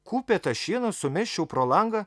kupetą šieno sumesčiau pro langą